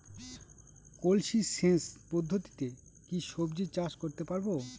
কলসি সেচ পদ্ধতিতে কি সবজি চাষ করতে পারব?